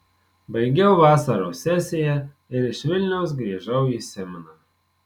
baigiau vasaros sesiją ir iš vilniaus grįžau į simną